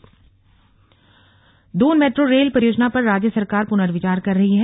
slug metro Doon metro rail परियोजना पर राज्य सरकार पुनर्विचार कर रही है